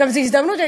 וזו הזדמנות,